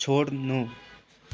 छोड्नु